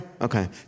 Okay